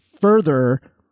further